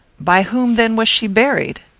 by whom, then, was she buried?